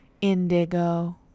Indigo